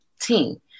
team